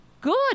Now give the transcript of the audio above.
good